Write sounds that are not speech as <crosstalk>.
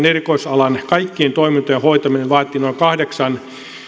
<unintelligible> erikoisalan kaikkien toimintojen hoitaminen vaatii noin kahdeksan